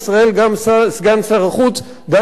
גם סגן שר החוץ דני דנון,